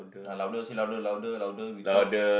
ah louder say louder louder louder you talk